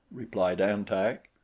replied an-tak.